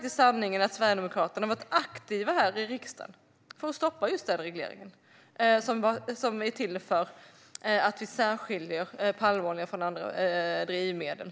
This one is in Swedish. Sanningen är att Sverigedemokraterna har varit aktiva här i riksdagen för att stoppa regleringen, som är till för att särskilja palmolja från andra drivmedel.